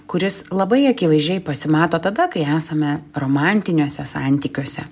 kuris labai akivaizdžiai pasimato tada kai esame romantiniuose santykiuose